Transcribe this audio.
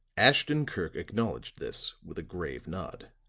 ashton-kirk acknowledged this with a grave nod.